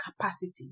capacity